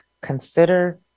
consider